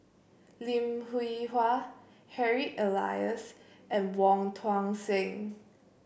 Lim Hwee Hua Harry Elias and Wong Tuang Seng